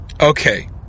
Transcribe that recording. Okay